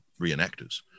reenactors